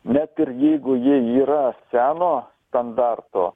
net ir jeigu jie yra seno standarto